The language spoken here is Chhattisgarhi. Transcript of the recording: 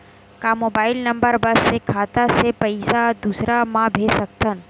का मोबाइल नंबर बस से खाता से पईसा दूसरा मा भेज सकथन?